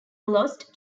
lost